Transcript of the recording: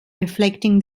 reflecting